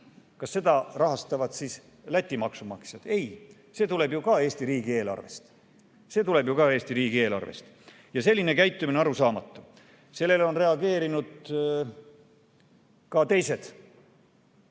Kas seda rahastavad siis Läti maksumaksjad? Ei, see tuleb ju ka Eesti riigieelarvest. See tuleb ju ka Eesti riigieelarvest. Selline käitumine on arusaamatu. Sellele on reageerinud ka teised